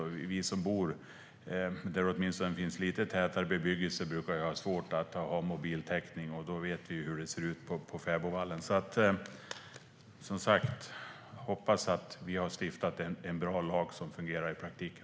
Även vi som bor där det åtminstone är lite tätare bebyggelse brukar ju ha svårt med mobiltäckningen, och då kan vi tänka oss hur det är på fäbodvallen. Som sagt hoppas jag att vi har stiftat en bra lag som fungerar i praktiken.